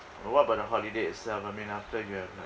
uh what about the holiday itself I mean after you have like